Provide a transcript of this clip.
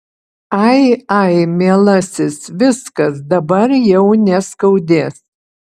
ai ai mielasis viskas dabar jau neskaudės